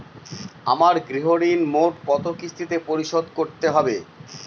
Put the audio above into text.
আমার গৃহঋণ মোট কত কিস্তিতে পরিশোধ করতে হবে?